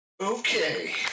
Okay